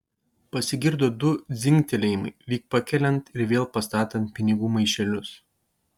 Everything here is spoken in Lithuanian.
pasigirdo du dzingtelėjimai lyg pakeliant ir vėl pastatant pinigų maišelius